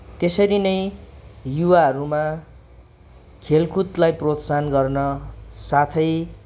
त्यसरी नै युवाहरूमा खेलकुदलाई प्रोत्साहन गर्न साथै